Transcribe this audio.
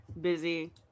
busy